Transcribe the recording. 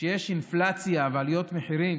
שכשיש אינפלציה ועליות מחירים